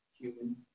human